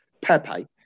Pepe